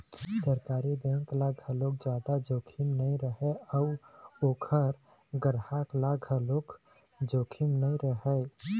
सरकारी बेंक ल घलोक जादा जोखिम नइ रहय अउ ओखर गराहक ल घलोक जोखिम नइ रहय